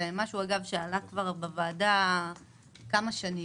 זה משהו שעלה כבר בוועדה כמה שנים,